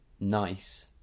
nice